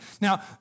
Now